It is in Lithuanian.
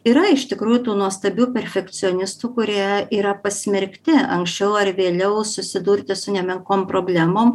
yra iš tikrųjų tų nuostabių perfekcionistų kurie yra pasmerkti anksčiau ar vėliau susidurti su nemenkom problemom